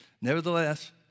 Nevertheless